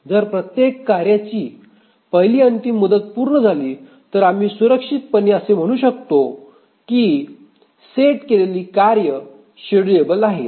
जर प्रत्येक कार्याची पहिली अंतिम मुदत पूर्ण झाली तर आम्ही सुरक्षितपणे असे म्हणू शकतो की सेट केलेली कार्ये शेड्युलेबल आहेत